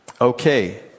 okay